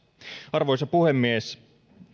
arvoisa puhemies